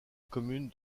commune